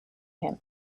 him